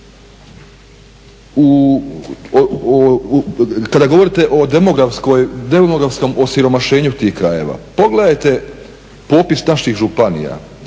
kada govorite o demografskom osiromašenju tih krajeva pogledajte popis naših županija,